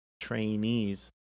trainees